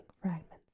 fragments